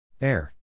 Air